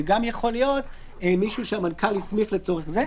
זה גם יכול להיות מישהו שהמנכ"ל הסמיך לצורך זה.